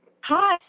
Hi